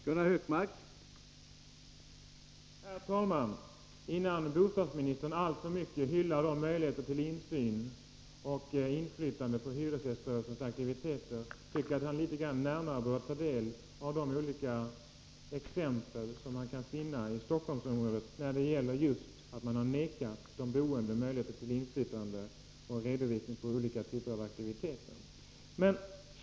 Herr talman! Innan bostadsministern alltför mycket hyllar möjligheterna till insyn i och inflytande på hyresgäströrelsens aktiviteter tycker jag att han litet grand närmare bör ta del av de olika exempel som vi kan finna i Stockholmsområdet just på att man har vägrat de boende inflytande på och redovisning av olika typer av aktiviteter.